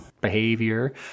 behavior